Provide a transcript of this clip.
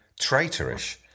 traitorish